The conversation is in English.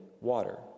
water